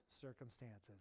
circumstances